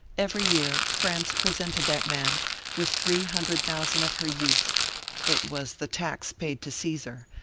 every year france presented that man with three hundred thousand of her youth it was the tax paid to caesar,